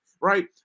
right